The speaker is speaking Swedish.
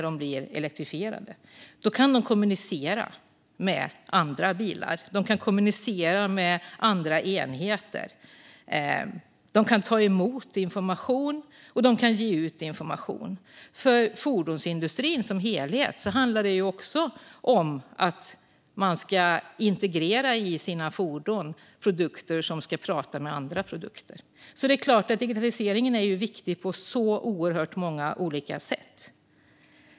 De kan kommunicera med andra bilar och andra enheter. De kan ta emot information och ge ut information. För fordonsindustrin som helhet handlar det också om att i sina fordon integrera produkter som ska prata med andra produkter. Digitaliseringen är viktig på oerhört många olika sätt.